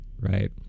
right